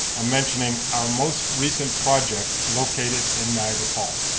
ah mentioning our most recent project located in niagara falls.